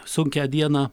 sunkią dieną